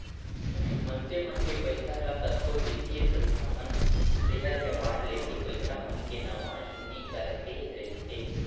मनसे मन के पइसा ल कतको बित्तीय संस्था मन सेयर या बांड लेके पइसा मन के नवा जुन्नी करते रइथे